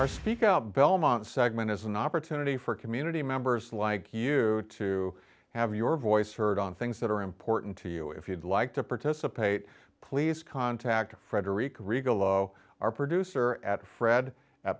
or speak out belmont segment as an opportunity for community members like yours or to have your voice heard on things that are important to you if you'd like to participate please contact frederick regal zero our producer at fred